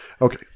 Okay